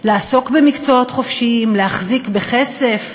לעסוק במקצועות חופשיים, להחזיק בכסף,